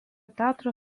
teatro